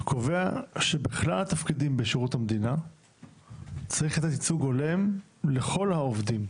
קובע שבכלל התפקידים בשירות המדינה צריך לתת ייצוג הולם לכל העובדים,